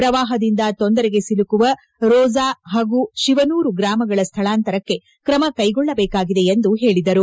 ಪ್ರವಾಹದಿಂದ ತೊಂದರೆಗೆ ಸಿಲುಕುವ ರೋಜಾ ಹಾಗೂ ಶಿವನೂರು ಗ್ರಾಮಗಳ ಸ್ಥಳಾಂತರಕ್ಕೆ ತ್ರಮ ಕೈಗೊಳ್ಳಬೇಕಾಗಿದೆ ಎಂದು ಅವರು ಹೇಳಿದರು